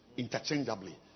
Interchangeably